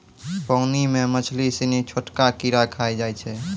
पानी मे मछली सिनी छोटका कीड़ा खाय जाय छै